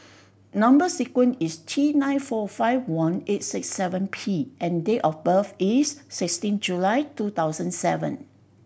number sequence is T nine four five one eight six seven P and date of birth is sixteen July two thousand seven